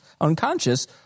unconscious